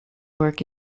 work